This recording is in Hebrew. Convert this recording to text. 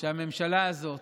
שהממשלה הזאת